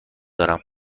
دارم